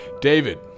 David